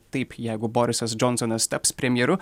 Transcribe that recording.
taip jeigu borisas džonsonas taps premjeru